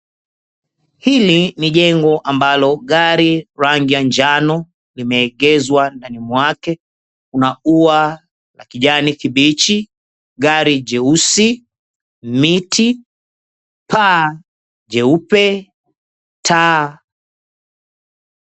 Hili ni jengo ambalo gari rangi ya njano limeegezwa ndani mwake. Kuna ua la kijani kibichi, gari jeusi, miti, paa jeupe, taa.